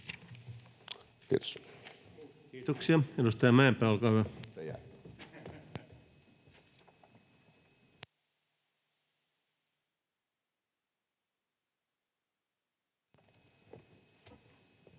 pointti!] Kiitoksia. — Edustaja Mäkinen, olkaa hyvä.